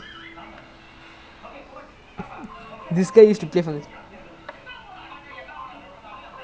ya wait you see the most fault is like the third most right after like tarish and some other